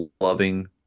loving